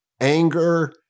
anger